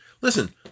Listen